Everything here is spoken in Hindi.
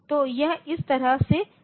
तो यह इस तरह से जाएगा